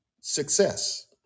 success